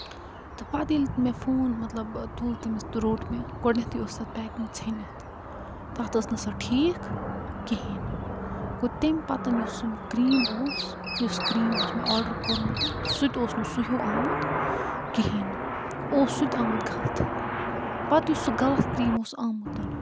تہٕ پَتہٕ ییٚلہِ مےٚ فون مطلب تُل تٔمِس تہٕ روٚٹ مےٚ گۄڈٕنٮ۪تھٕے اوس تس پیکِنٛگ ژیٚنِتھ تَتھ ٲسۍ نہٕ سۄ ٹھیٖک کِہیٖنٛۍ نہٕ گوٚو تَمہِ پَتن یُس زن کرٛیٖم اوس یۄس کرٛیٖم اوس مےٚ آرڈر کوٚرمُت سُہ تہِ اوس نہٕ سُہ ہوٚو آمُت کِہیٖنٛۍ نہٕ اوس سُہ تہِ آمُت غلطتھٕے پَتہٕ یُس سُہ غلط کرٛیٖم اوس آمُت